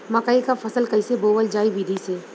मकई क फसल कईसे बोवल जाई विधि से?